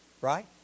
right